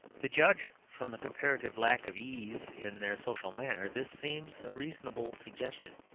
to judge from the comparative lack of ease in their social manner, this seems a reasonable suggestion.